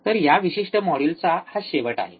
तर या विशिष्ट मॉड्यूलचा हा शेवट आहे